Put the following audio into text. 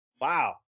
Wow